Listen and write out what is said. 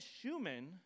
Schumann